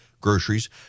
groceries